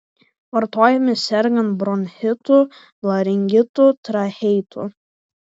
vartojami sergant bronchitu laringitu tracheitu